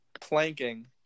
Planking